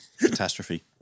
Catastrophe